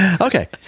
Okay